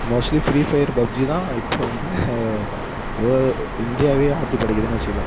mostly Free Fire PUBG தான் இப்போ வந்து உலக இந்தியாவையே ஆட்டிப்படைக்கிதுன்னு வச்சுக்கலாம்